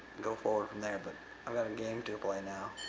go forward from there but i've got a game to play now.